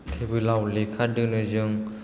थेबोलाव लेखा दोनो जों